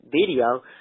video